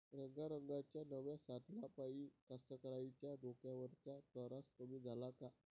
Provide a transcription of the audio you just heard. रंगारंगाच्या नव्या साधनाइपाई कास्तकाराइच्या डोक्यावरचा तरास कमी झाला का?